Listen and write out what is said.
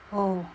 oh